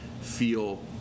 feel